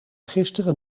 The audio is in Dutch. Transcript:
gisteren